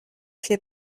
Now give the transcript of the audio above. viel